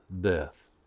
death